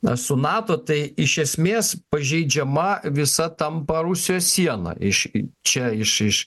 na su nato tai iš esmės pažeidžiama visa tampa rusijos siena iš čia iš iš